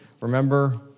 Remember